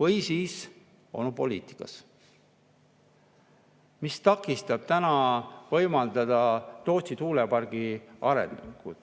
või siis olupoliitikas. Mis takistab täna võimaldada Tootsi tuulepargi arengut?